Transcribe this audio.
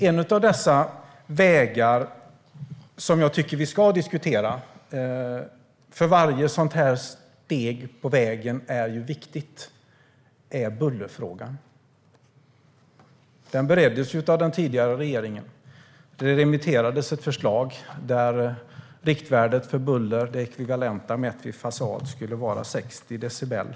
En av de vägar som jag tycker att vi ska diskutera - varje steg på vägen är ju viktigt - är bullerfrågan. Den bereddes av den tidigare regeringen. Ett förslag remitterades där riktvärdet för buller, det ekvivalenta mätt vid fasad, skulle vara 60 decibel.